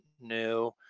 new